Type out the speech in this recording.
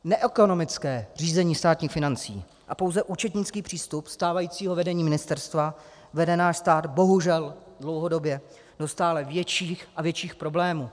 Neekonomické řízení státních financí a pouze účetnický přístup stávajícího vedení ministerstva vede náš stát bohužel dlouhodobě do stále větších a větších problémů.